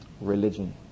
Religion